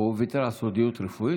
הוא ויתר על סודיות רפואית?